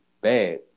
bad